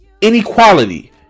inequality